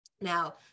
Now